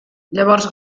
llavors